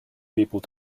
people